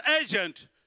agent